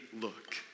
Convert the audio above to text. look